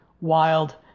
wild